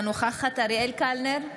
אינה נוכחת אריאל קלנר,